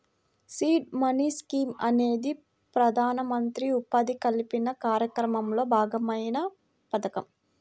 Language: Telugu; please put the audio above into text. సీడ్ మనీ స్కీమ్ అనేది ప్రధానమంత్రి ఉపాధి కల్పన కార్యక్రమంలో భాగమైన పథకం